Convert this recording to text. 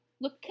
look